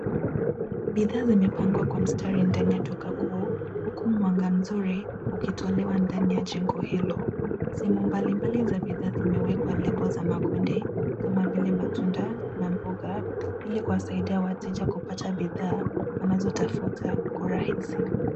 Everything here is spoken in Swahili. Bidhaa zimepangwa kwa mstari ndani ya duka kuu huku mwanga mzuri ukitolewa ndani ya jengo hilo. Sehemu mbalimbali za bidhaa zimewekwa lebo za makundi kama vile matunda na mboga ili kuwasaidia wateja kupata bidhaa wanazotafuta kwa urahisi.